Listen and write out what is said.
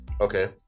Okay